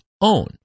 own